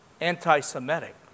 anti-Semitic